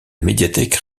médiathèque